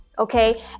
Okay